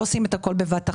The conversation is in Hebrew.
לא עושים את הכול בבת אחת.